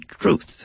truth